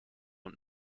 und